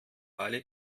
alle